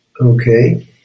Okay